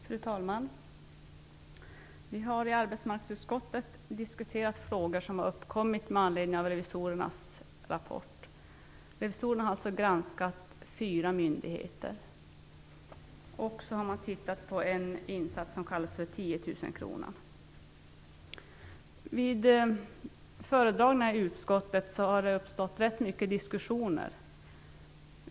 Fru talman! Vi har i arbetsmarknadsutskottet diskuterat frågor som uppkommit med anledning av revisorernas rapport. Revisorerna har granskat fyra myndigheter och har tittat på en insats som kallas för tiotusenkronan. Vid föredragningarna i utskottet har det uppstått rätt många diskussioner.